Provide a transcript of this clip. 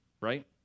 right